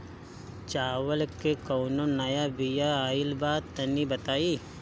चावल के कउनो नया बिया आइल बा तनि बताइ?